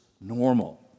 normal